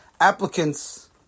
applicants